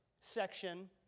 section